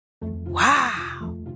Wow